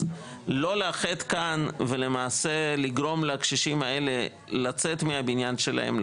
אז לא לאחד כאן ולמעשה לגרום לקשישים האלה לצאת מהבניין שלהם,